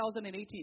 2018